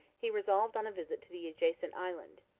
he resolved on a visit to the adjacent island.